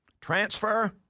Transfer